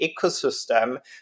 ecosystem